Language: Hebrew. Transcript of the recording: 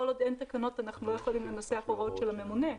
אבל כל עוד אין תקנות אנחנו לא יכולים לנסח הוראות של הממונה.